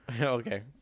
Okay